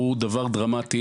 הוא דבר דרמטי.